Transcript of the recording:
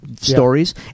stories